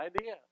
idea